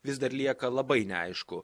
vis dar lieka labai neaišku